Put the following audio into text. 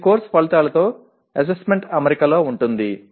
ఇది కోర్సు ఫలితాలతో అసెస్మెంట్ అమరికలో ఉంటుంది